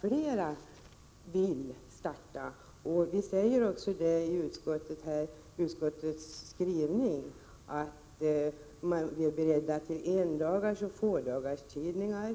flera tidningar att starta denna verksamhet. Av utskottets skrivning framgår det att man är beredd att uppmuntra endagsoch fådagarstidningar.